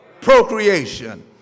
Procreation